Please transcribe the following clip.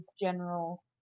general